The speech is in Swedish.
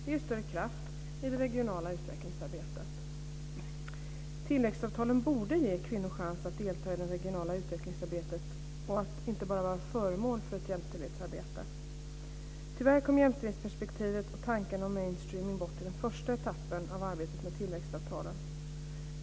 Det ger större kraft i det regionala utvecklingsarbetet. Tillväxtavtalen borde ge kvinnor en chans att delta i det regionala utvecklingsarbetet och inte bara att vara föremål för ett jämställdhetsarbete. Tyvärr kom jämställdhetsperspektivet och tanken om mainstreaming bort i den första etappen av arbetet med tillväxtavtalen.